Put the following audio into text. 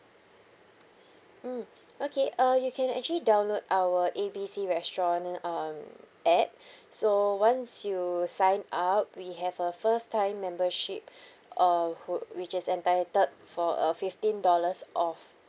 mm okay uh you can actually download our A B C restaurant um app so once you sign up we have a first time membership of who which is entitled for a fifteen dollars off